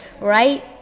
right